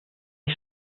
ihr